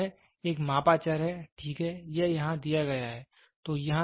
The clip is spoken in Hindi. तो यह एक मापा चर है ठीक है यह यहां दिया गया है